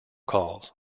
calls